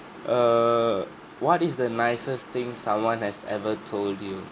err what is the nicest thing someone has ever told you